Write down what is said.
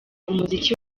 umuziki